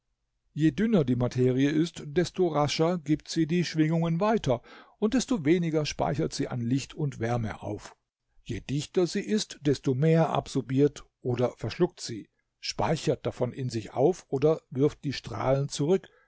je dünner die materie ist desto rascher gibt sie die schwingungen weiter und desto weniger speichert sie an licht und wärme auf je dichter sie ist desto mehr absorbiert oder verschluckt sie speichert davon in sich auf oder wirft die strahlen zurück